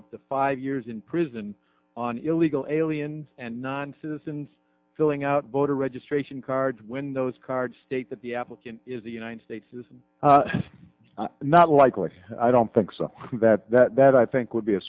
up to five years in prison on illegal aliens and non citizens filling out voter registration cards when those cards state that the applicant is the united states is not likely i don't think so that that i think would be a